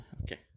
okay